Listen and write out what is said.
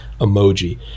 Emoji